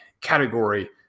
category